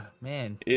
man